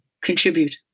contribute